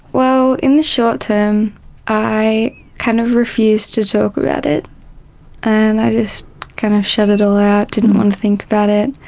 well, in the short term i kind of refused to talk about it and i just kind of shut it all out, didn't want to think about it.